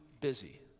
busy